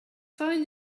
phone